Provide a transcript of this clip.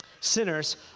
Sinners